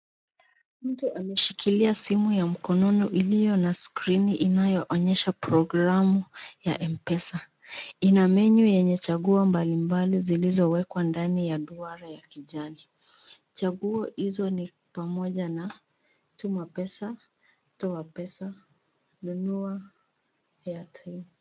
Mtu ameshikilia simu ya mkononi iliyo na skrini inayoonyesha programu ya M-pesa. Ina menu yenye chaguo mbalimbali zilizowekwa ndani ya duara ya kijani. Chaguo hizo ni pamoja na tuma pesa, toa pesa, nunua airtime.